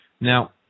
Now